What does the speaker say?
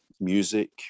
music